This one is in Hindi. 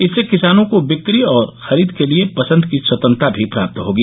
इससे किसानों को बिक्री और खरीद के लिये पसंद की स्वतंत्रता भी प्रात होगी